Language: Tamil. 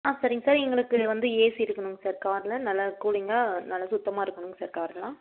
ஆ சரிங்க சார் எங்களுக்கு வந்து ஏசி இருக்கணுங்க சார் காரில் நல்ல கூலீங்காக நல்ல சுத்தமாக இருக்கணும் சார் காரெலாம்